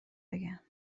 بگم